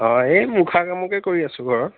অঁ এই মুখা কামকে কৰি আছোঁ ঘৰত